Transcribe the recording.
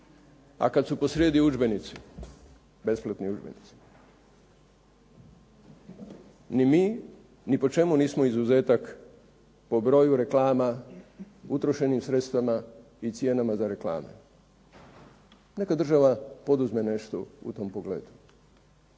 A kad su posrijedi udžbenici, besplatni udžbenici, ni mi ni po čemu nismo izuzetak po broju reklama, utrošenim sredstvima i cijenama za reklame. Neka država poduzme nešto u tom pogledu